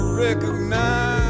Recognize